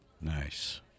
Nice